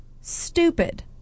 stupid